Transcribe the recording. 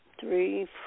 Three